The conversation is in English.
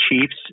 Chiefs